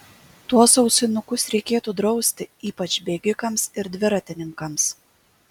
tuos ausinukus reikėtų drausti ypač bėgikams ir dviratininkams